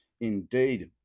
indeed